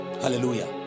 Hallelujah